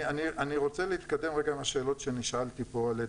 אני רוצה להתקדם עם השאלות שנשאלתי כאן.